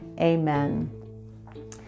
Amen